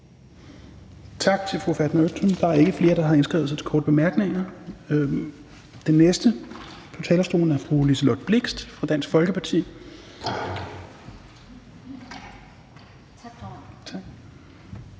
Tak til fru Fatma Øktem. Der er ikke flere, der har indskrevet sig til korte bemærkninger. Den næste på talerstolen er fru Liselott Blixt, Dansk Folkeparti.